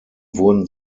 wurden